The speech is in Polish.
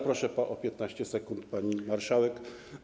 Proszę o 15 sekund, pani marszałek.